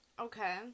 Okay